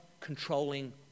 controlling